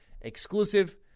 exclusive